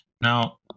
Now